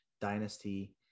Dynasty